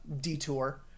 detour